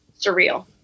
surreal